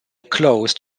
closed